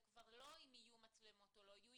זה כבר לא האם יהיו מצלמות או לא יהיו.